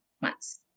months